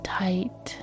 tight